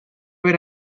ver